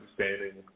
understanding